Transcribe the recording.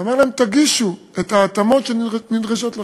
ואמר להם: תגישו את ההתאמות שנדרשות לכם.